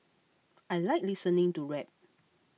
I like listening to rap